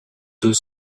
deux